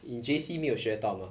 in J_C 没有学到 mah